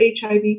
HIV